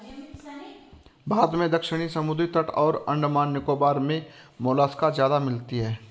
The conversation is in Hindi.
भारत में दक्षिणी समुद्री तट और अंडमान निकोबार मे मोलस्का ज्यादा मिलती है